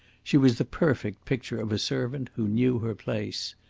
she was the perfect picture of a servant who knew her place.